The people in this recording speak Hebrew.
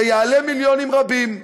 זה יעלה מיליונים רבים.